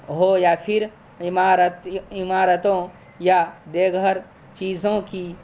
ہو یا پھر عمارتی عمارتوں یا بے گھر چیزوں کی